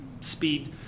speed